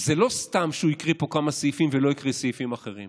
זה לא סתם שהוא הקריא פה כמה סעיפים ולא הקריא סעיפים אחרים.